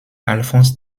alphonse